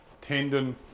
tendon